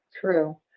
True